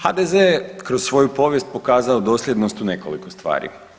HDZ je kroz svoju povijest pokazao dosljednost u nekoliko stvari.